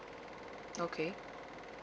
okay